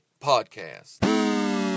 Podcast